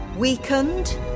Weakened